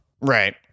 Right